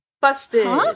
busted